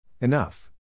Enough